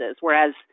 Whereas